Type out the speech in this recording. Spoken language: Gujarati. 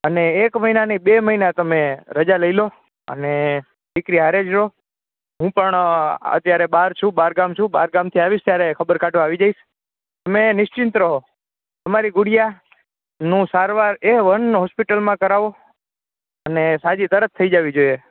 અને એક મહિના નય બે મહિના તમે રજા લઈ લો અને દીકરી હારે જ રો હું પણ અત્યારે બહાર છું બહાર ગામ છું બહાર ગામ થી આવીસ ત્યારે ખબર કાડવા આવી જઈસ તમે નિશ્ચિંત રહો તમારી ગુડિયા નું સારવાર એ વન હોસ્પિટલ માં કરાવો અને સાજી તરત થઈ જાવી જોઈએ